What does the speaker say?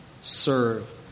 Serve